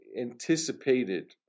anticipated